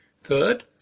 Third